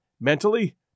mentally